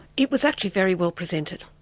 it was actually very well presented.